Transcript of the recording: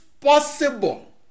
possible